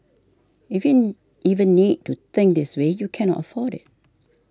if you even need to think this way you cannot afford it